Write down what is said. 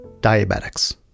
diabetics